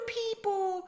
people